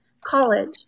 college